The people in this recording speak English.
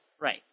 right